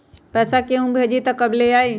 पैसा केहु भेजी त कब ले आई?